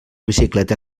bicicleta